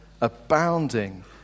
abounding